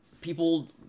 people